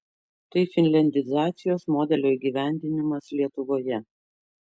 tai finliandizacijos modelio įgyvendinimas lietuvoje